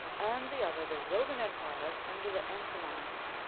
and the other the roman empire under the antonines.